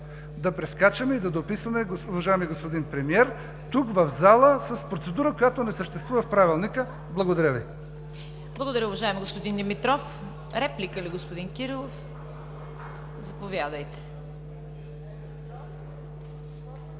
да прескачаме и да дописваме уважаемия господин премиер тук, в зала, с процедура, която не съществува в Правилника. Благодаря Ви. ПРЕДСЕДАТЕЛ ЦВЕТА КАРАЯНЧЕВА: Благодаря, уважаеми господин Димитров. Реплика ли, господин Кирилов? Заповядайте.